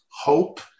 hope